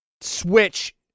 switch